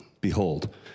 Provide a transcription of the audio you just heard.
Behold